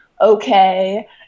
Okay